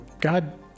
God